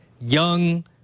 young